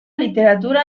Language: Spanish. literatura